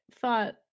thought